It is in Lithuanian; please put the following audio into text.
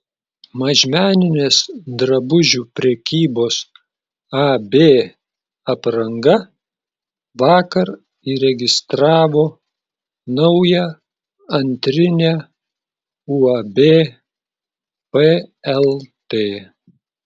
mažmeninės drabužių prekybos ab apranga vakar įregistravo naują antrinę uab plt